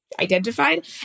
identified